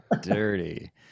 dirty